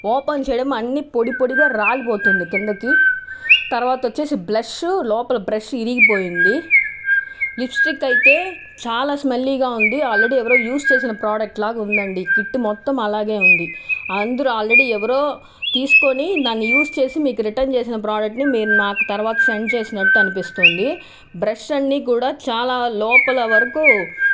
open చేయడం అన్ని పొడిపొడిగా రాలిపోతుంది కిందికి తర్వాత వచ్చేసి బ్లెష్ లోపల బ్రష్ విరిగిపోయింది లిప్స్టిక్ అయితే చాలా స్మెల్లీగా ఉంది ఆల్రెడీ ఎవరో యూస్ చేసిన ప్రోడక్ట్లాగా ఉంది అండి కిట్టు మొత్తం అలాగే ఉంది అందరూ ఆల్రెడీ ఎవరో తీసుకోని దాన్ని యూస్ చేసి మీకు రిటర్న్ చేసిన ప్రోడక్ట్ని మీరు నాకు తర్వాత సెండ్ చేసినట్టు అనిపిస్తుంది బ్రష్ అన్ని కూడా చాలా లోపల వరకు